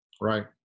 Right